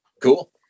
cool